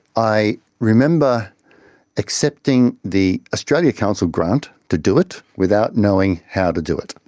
i remember excepting the australia council grant to do it, without knowing how to do it.